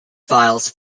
files